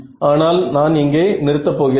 ஆனால் நான் இங்கே நிறுத்த போகிறேன்